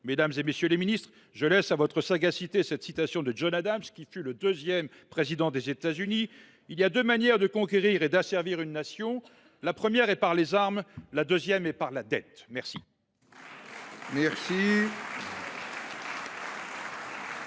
Mesdames, messieurs les ministres, je laisse à votre sagacité cette citation de John Adams, qui fut le deuxième président des États Unis :« Il y a deux manières de conquérir et d’asservir une nation : l’une est par les armes, l’autre est par la dette. »